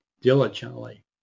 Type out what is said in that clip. diligently